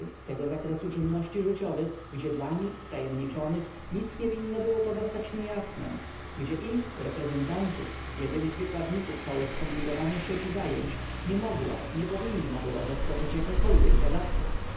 tego zakresu czynności życio wych gdzie dla nich w tajem niczonych nic nie w inno było pozostać niejasnem gdzie ich reprezentantów jedynych w ykładników całej skom plikow anej sieci zajęć nie m ogła nie pow inna była zaskoczyć jakakolw iek zagadka